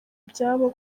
ibyabo